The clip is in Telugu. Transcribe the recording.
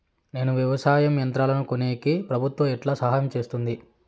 నేను వ్యవసాయం యంత్రాలను కొనేకి ప్రభుత్వ ఎట్లా సహాయం చేస్తుంది?